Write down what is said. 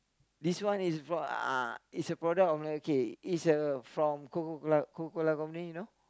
this one is for uh is a product of okay it's a from Coca-Cola Coca-Cola Company you know